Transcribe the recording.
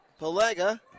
Pelega